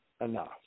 enough